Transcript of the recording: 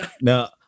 now